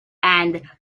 and